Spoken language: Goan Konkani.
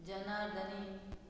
जनार्दनी